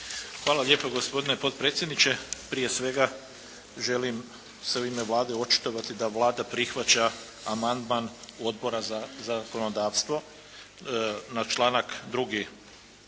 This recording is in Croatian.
Hvala lijepa gospodine potpredsjedniče, prije svega želim se u ime Vlade očitovati da Vlada prihvaća amandman Odbora za zakonodavstvo na članak 2.